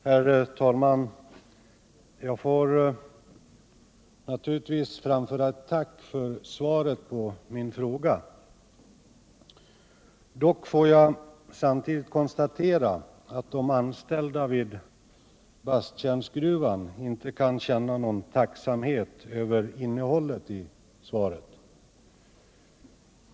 Herr talman! Jag får naturligtvis framföra ett tack för svaret på min fråga. Dock får jag samtidigt konstatera att de anställda vid Basttjärnsgruvan inte kan känna någon tacksamhet över innehållet i svaret.